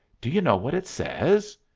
do you know what it says?